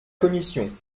commission